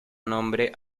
nombre